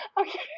Okay